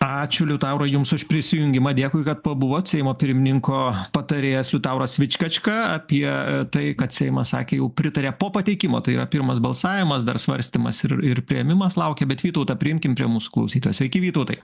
ačiū liutaurai jums už prisijungimą dėkui kad pabuvot seimo pirmininko patarėjas liutauras vičkačka apie tai kad seimas sakė jau pritarė po pateikimo tai yra pirmas balsavimas dar svarstymas ir ir priėmimas laukia bet vytautą priimkim prie mūsų klausytoją sveiki vytautai